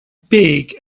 big